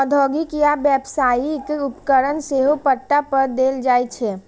औद्योगिक या व्यावसायिक उपकरण सेहो पट्टा पर देल जाइ छै